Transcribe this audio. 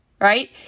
Right